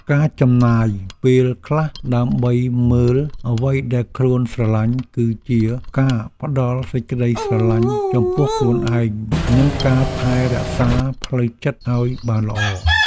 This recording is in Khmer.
ការចំណាយពេលខ្លះដើម្បីមើលអ្វីដែលខ្លួនស្រឡាញ់គឺជាការផ្ដល់សេចក្តីស្រឡាញ់ចំពោះខ្លួនឯងនិងការថែរក្សាផ្លូវចិត្តឱ្យបានល្អ។